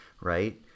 right